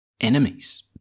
enemies